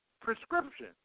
prescription